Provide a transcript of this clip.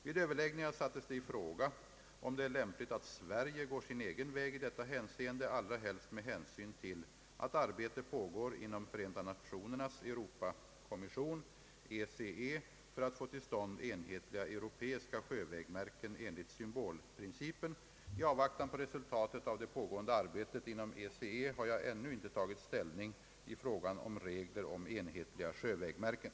Vid överläggningar sattes det i fråga om det är lämpligt att Sverige går sin egen väg i detta hänseende allra helst med hänsyn till att arbete pågår inom FN:s Europakommission för att få till stånd enhetliga europeiska sjövägmärken enligt symbolprincipen. I avvaktan på resultatet av det pågående arbetet inom ECE har jag ännu inte tagit ställning i frågan om regler om enhetliga sjövägmärken.